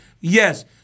yes